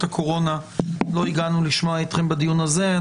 הקורונה לא הגענו לשמוע אתכם בדיון הזה.